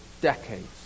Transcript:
decades